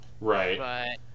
right